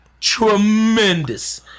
tremendous